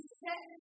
set